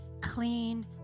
clean